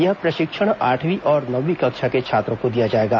यह प्रशिक्षण आठवीं और नवमीं कक्षा के छात्रों को दिया जाएगा